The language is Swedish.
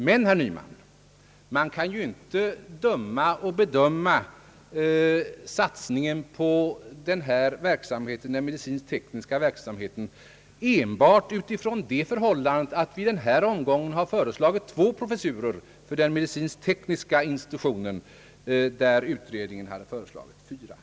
Men, herr Nyman, man kan inte döma och bedöma satsningen på den medicinsktekniska verksamheten enbart utifrån förhållandet, att vi föreslagit två professurer för den medicinsk-tekniska institutionen, där utredningen hade föreslagit fyra.